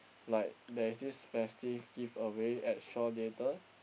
like there is this festive giveaway at Shaw-Theatre